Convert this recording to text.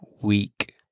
week